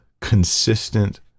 consistent